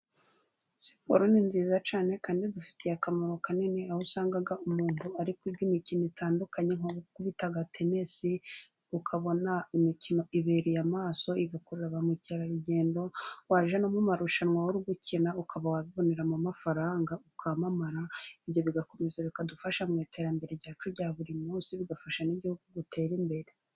Siporo ni nziza cyane kandi idufitiye akamaro kanini aho usanga umuntu ari kwiga imikino itandukanye nko gukubita tenesi, ukabona imikino ibereye amaso igakurura ba mukerarugendo. Wajya no mu marushanwa wowe uri gukina ukaba wabiboneramo amafaranga ukamamara, ibyo bigakomeza bikadufasha mu iterambere ryacu rya buri munsi, bigafasha n'igihugu gutera imbere.